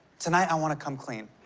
tonight i wanna come clean.